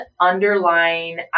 underlying